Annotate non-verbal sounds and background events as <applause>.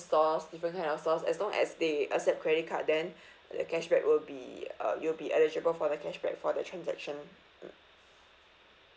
stores different kind of stores as long as they accept credit card then <breath> the cashback will be uh you'll be eligible for the cashback for the transaction mm